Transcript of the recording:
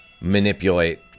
manipulate